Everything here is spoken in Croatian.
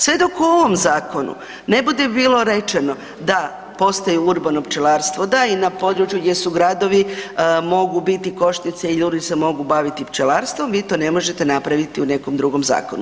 Sve dok u ovom zakonu ne bude bilo rečeno da postoji urbano pčelarstvo, da i na području gdje su gradovi mogu biti košnice i ljudi se mogu baviti pčelarstvom, vi to ne možete napraviti u nekom drugom zakonu.